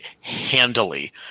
handily